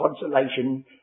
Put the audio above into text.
consolation